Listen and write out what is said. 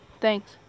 Thanks